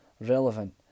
relevant